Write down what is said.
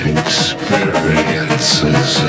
experiences